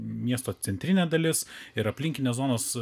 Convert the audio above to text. miesto centrinė dalis ir aplinkinės zonos